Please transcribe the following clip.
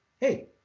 hey